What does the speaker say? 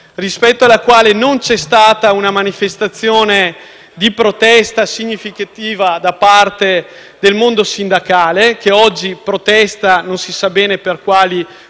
rispetto alla quale non c'è stata una manifestazione di protesta significativa da parte mondo sindacale, che oggi protesta non si sa bene per quali